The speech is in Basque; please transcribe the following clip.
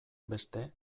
beste